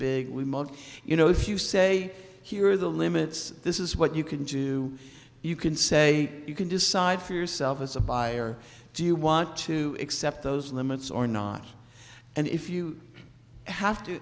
model you know if you say here are the limits this is what you can do you can say you can decide for yourself as a buyer do you want to accept those limits or not and if you have to